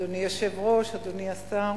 אדוני היושב-ראש, אדוני השר,